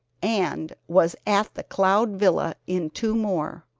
and was at the cloud villa in two more,